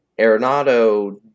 Arenado